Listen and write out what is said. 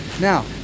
Now